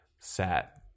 sat